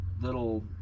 little